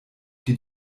die